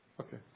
Okay